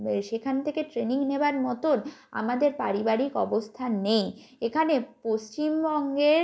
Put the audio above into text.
সেখান থেকে ট্রেনিং নেওয়ার মতন আমাদের পারিবারিক অবস্থা নেই এখানে পশ্চিমবঙ্গে